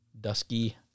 Dusky